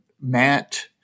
Matt